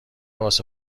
واسه